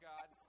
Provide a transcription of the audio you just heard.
God